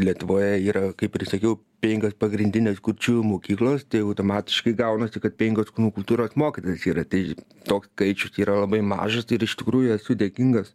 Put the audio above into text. lietuvoje yra kaip ir sakiau penkios pagrindinės kurčiųjų mokyklos tai automatiškai gaunasi kad penkios kūno kultūros mokytojos yra tai toks skaičius yra labai mažas ir iš tikrųjų esu dėkingas